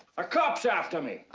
a cop's after me.